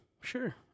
sure